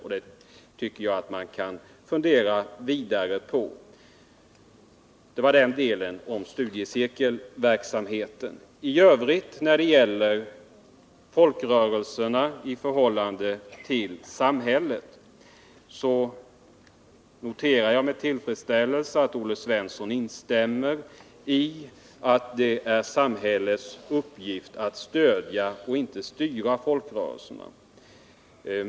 Jag tycker att man bör fundera vidare på dessa frågor. I övrigt när det gäller debatten om folkrörelserna i förhållande till samhället så noterar jag med tillfredsställelse att Olle Svensson instämmer i att det är samhällets uppgift att stödja och inte att styra folkrörelserna.